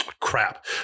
crap